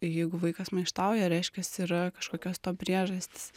jeigu vaikas maištauja reiškias yra kažkokios to priežastys